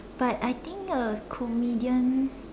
but I think a comedian